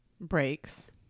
breaks